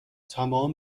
تمام